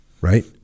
right